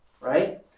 right